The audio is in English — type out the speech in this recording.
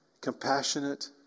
Compassionate